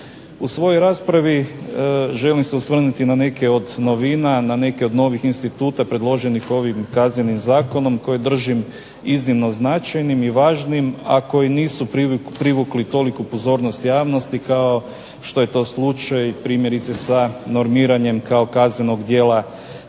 U svojoj raspravi želim se osvrnuti na neke od novina, na neke od novih instituta predloženih ovim Kaznenim zakonom koje držim iznimno značajnim i važnim, a koji nisu privukli toliku pozornost javnosti kao što je to slučaj primjerice sa normiranjem kao kaznenog djela